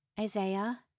Isaiah